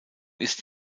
ist